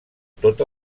tot